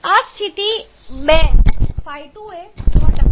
હવે સ્થિતિ 2 ϕ2 એ 100 છે